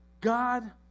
God